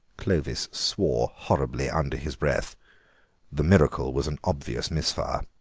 clovis swore horribly under his breath the miracle was an obvious misfire.